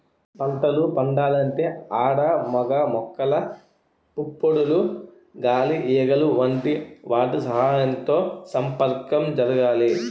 పంటలు పండాలంటే ఆడ మగ మొక్కల పుప్పొడులు గాలి ఈగలు వంటి వాటి సహాయంతో సంపర్కం జరగాలి